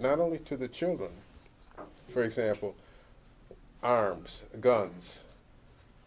not only to the children for example arms guns